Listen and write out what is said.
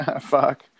Fuck